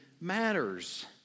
matters